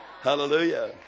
Hallelujah